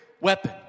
weapon